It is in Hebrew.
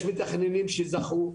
יש מתכננים שזכו,